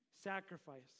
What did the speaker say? Sacrifice